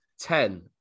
ten